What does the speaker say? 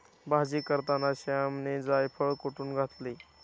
भाजी करताना श्यामने जायफळ कुटुन घातले